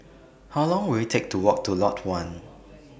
How Long Will IT Take to Walk to Lot one